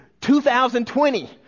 2020